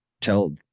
tell